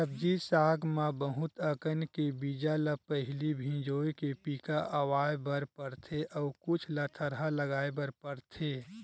सब्जी साग म बहुत अकन के बीजा ल पहिली भिंजोय के पिका अवा बर परथे अउ कुछ ल थरहा लगाए बर परथेये